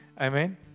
Amen